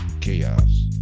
chaos